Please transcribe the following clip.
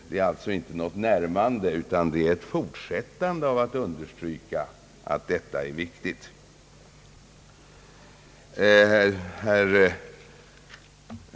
Det är alltså inte fråga om ett närmande till herr Dahlén utan ett fortsatt understrykande av att detta är viktigt.